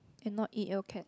and not e_l cat